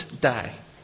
die